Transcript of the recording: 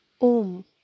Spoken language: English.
Om